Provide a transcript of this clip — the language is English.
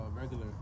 regular